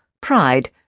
Pride